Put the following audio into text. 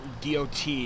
DOT